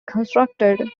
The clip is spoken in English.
constructed